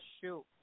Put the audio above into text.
shoot